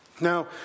Now